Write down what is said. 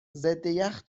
ضدیخ